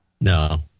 No